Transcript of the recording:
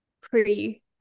pre-